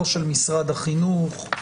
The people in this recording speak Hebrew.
לא של משרד החינוך?